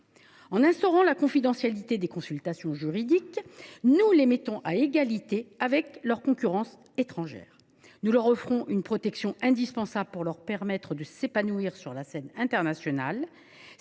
En instaurant la confidentialité des consultations juridiques, nous mettons ces entreprises à égalité avec leurs concurrentes étrangères. Nous leur offrons une protection indispensable pour qu’elles puissent s’épanouir sur la scène internationale.